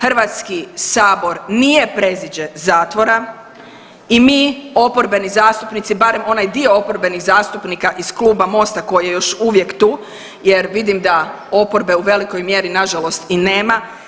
Hrvatski sabor nije preziđe zatvora i mi oporbeni zastupnici, barem onaj dio oporbenih zastupnika iz kluba MOST-a koji je još uvijek tu jer vidim da oporbe u velikoj mjeri na žalost i nema.